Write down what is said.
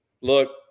Look